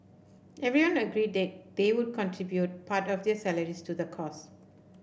everyone agreed that they would contribute part of their salaries to the cause